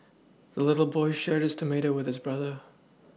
the little boy shared his tomato with his brother